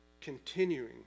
continuing